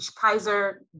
Kaiser